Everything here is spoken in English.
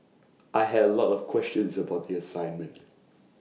I had A lot of questions about the assignment